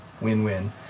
win-win